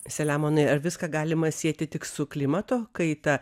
selemonai ar viską galima sieti tik su klimato kaita